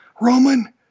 Roman